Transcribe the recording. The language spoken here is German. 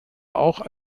auch